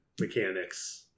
mechanics